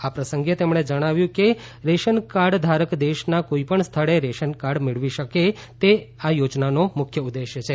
આ પ્રસંગે તેમણે જણાવ્યું હતું કે રેશનકાર્ડધારક દેશના કોઇપણ સ્થળે રેશન મેળવી શકે તે આ યોજનાનો મુખ્ય ઉદ્દેશ છે